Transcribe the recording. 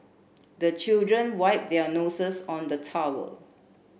the children wipe their noses on the towel